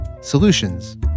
Solutions